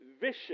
vicious